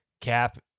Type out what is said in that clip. Cap